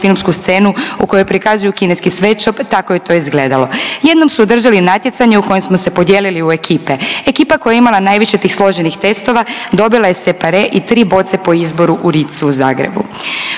filmsku scenu u kojoj prikazuju kineski sweatshop tako je to izgledalo. Jednom su održali natjecanje u kojem smo se podijelili u ekipe, ekipa koja je imala najviše tih složenih testova dobila je separe i tri boce po izboru u Ritzu u Zagrebu.